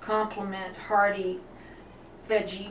compliment hearty veggie